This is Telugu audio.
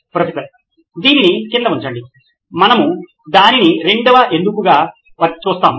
ప్రొఫెసర్ దీనిని కింద ఉంచండి మనము దానిని రెండవ ఎందుకు గా చూస్తాము